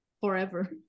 forever